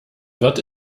wird